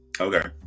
okay